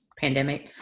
pandemic